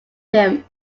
him